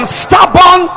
stubborn